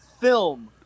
film